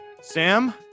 Sam